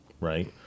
right